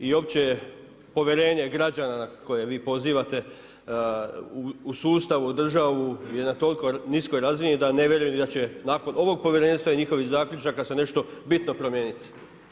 I opće je povjerenje građana na koje vi pozivate, u sustavu, u državu je na toliko niskoj razini, da ne vjeruju, ni da će nakon ovog povjerenstva, i njihovih zaključaka se nešto bitno promijeniti.